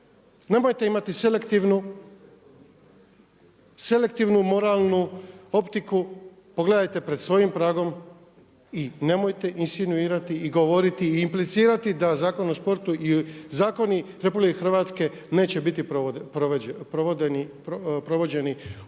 nemojte imati selektivnu moralnu optiku, pogledajte pred svojim pragom i nemojte insinuirati i govoriti i implicirati da Zakon o sportu i zakoni Republike Hrvatske neće biti provođeni u